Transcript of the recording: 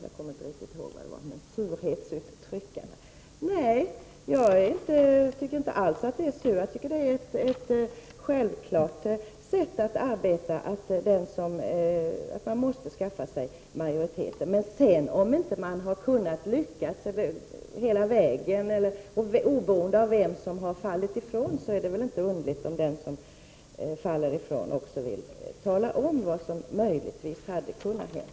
Jag kommer inte riktigt ihåg vad som sades, men det talades om ”surhetsuttryckare”. Nej, jag är inte alls sur. Det är ett naturligt sätt att arbeta att ordna en majoritet. Men om man sedan inte lyckas hela vägen, och detta oberoende av vem som så att säga har fallit ifrån, är det inte underligt om den som faller ifrån vill tala om vad som möjligtvis hade kunnat göras.